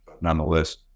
nonetheless